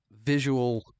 visual